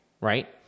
right